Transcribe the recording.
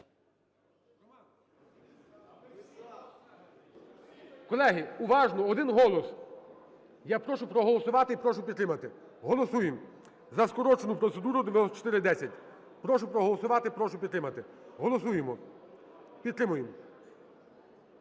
Колеги, уважно, один голос. Я прошу проголосувати і прошу підтримати. Голосуємо за скорочену процедуру 9410. Прошу проголосувати, прошу підтримати. Голосуємо. Підтримуємо.